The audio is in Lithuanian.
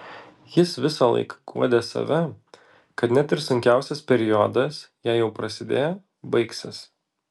jis visąlaik guodė save kad net ir sunkiausias periodas jei jau prasidėjo baigsis